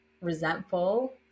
resentful